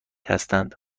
هستند